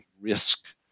risk